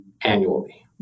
annually